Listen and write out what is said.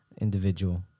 Individual